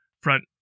front